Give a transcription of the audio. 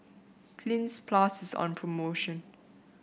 Cleanz Plus is on promotion